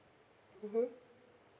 mmhmm